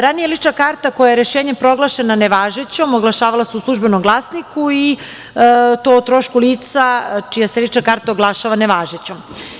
Ranije se lična karta koja je rešenjem proglašena nevažećom oglašava u "Službenom glasniku" i to o trošku lica čija se lična karta oglašava nevažećom.